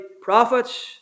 prophets